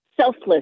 selfless